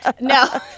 No